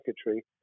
secretary